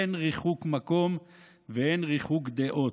הן ריחוק מקום והן ריחוק דעות.